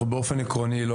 באופן עקרוני,